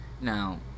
Now